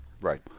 right